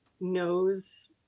knows